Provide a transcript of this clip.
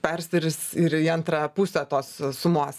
persiris ir į antrą pusę tos sumos